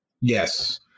Yes